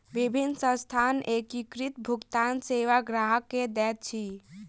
विभिन्न संस्थान एकीकृत भुगतान सेवा ग्राहक के दैत अछि